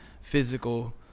physical